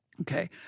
Okay